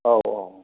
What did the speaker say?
औ औ